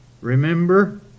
Remember